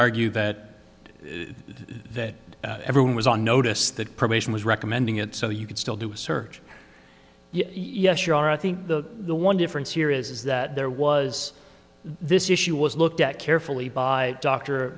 argue that that everyone was on notice that probation was recommending it so you could still do a search yes you are i think the the one difference here is that there was this issue was looked at carefully by d